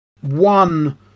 one